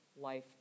life